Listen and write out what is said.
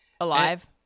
Alive